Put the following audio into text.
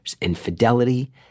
infidelity